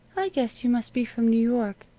i guess you must be from new york,